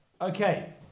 Okay